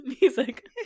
music